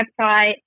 website